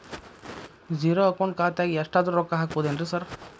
Zero account ಖಾತ್ಯಾಗ ಎಷ್ಟಾದ್ರೂ ರೊಕ್ಕ ಹಾಕ್ಬೋದೇನ್ರಿ ಸಾರ್?